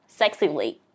sexily